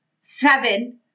seven